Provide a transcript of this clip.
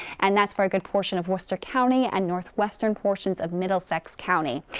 and that's for a good portion of worcester county and northwestern portions of middlesex county.